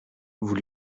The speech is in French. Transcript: vous